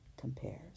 compares